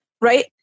right